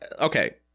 Okay